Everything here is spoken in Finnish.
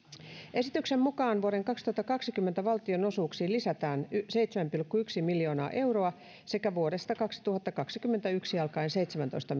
esityksen mukaan vuoden kaksituhattakaksikymmentä valtionosuuksiin lisätään seitsemän pilkku yksi miljoonaa euroa sekä vuodesta kaksituhattakaksikymmentäyksi alkaen seitsemäntoista